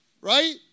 right